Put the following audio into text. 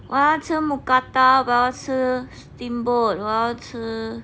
我要吃 mookata 我要吃 steamboat 我要吃